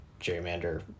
gerrymander